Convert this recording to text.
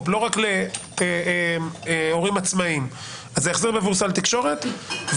לא רק להורים עצמאים אז ההחזר הוא עבור סל תקשורת ונוהל